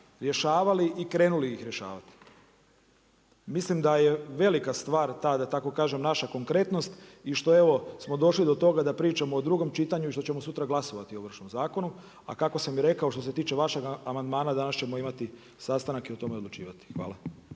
rješavali i krenuli ih rješavati. Mislim da je velika stvar ta, da tako kažem naša konkretnost i što evo smo došli do toga da pričamo o drugom čitanju, i što ćemo sutra glasovati o Ovršnim zakonu, a kako sam i rekao što se tiče vašeg amandmana, danas ćemo imati sastanak i o tome odlučivati. Hvala.